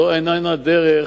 זאת איננה הדרך